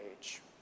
age